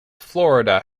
florida